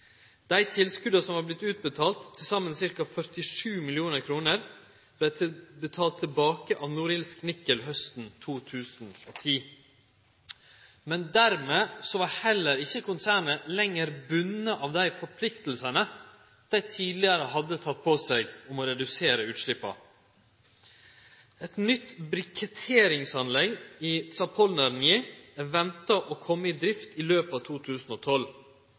Dei tilskota som hadde vorte utbetalte, til saman ca. 47 mill. kr, vart betalte tilbake av Norilsk Nickel hausten 2010. Men dermed var heller ikkje konsernet lenger bunde av dei forpliktingane det tidlegare hadde teke på seg om å redusere utsleppa. Eit nytt briketteringsanlegg i Zapoljarnij er venta å kome i drift i løpet av 2012.